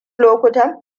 lokutan